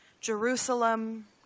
Jerusalem